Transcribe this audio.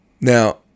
Now